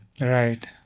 Right